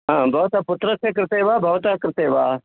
ह भवतः पुत्रस्य कृते वा भवतः कृते वा